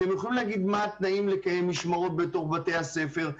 אתם יכולים להגיד מה התנאים לקיים משמרות בתוך בתי הספר.